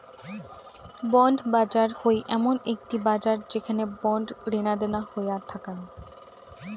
bond বাজার হই এমন একটি বাজার যেখানে বন্ড লেনাদেনা হইয়া থাকাং